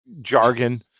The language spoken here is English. jargon